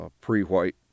pre-white